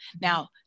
Now